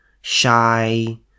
shy